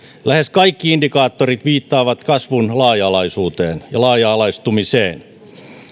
lähes kaikki indikaattorit viittaavat kasvun laaja alaisuuteen ja laaja alaistumiseen